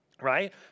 Right